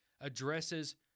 addresses